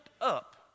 up